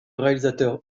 réalisateur